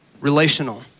relational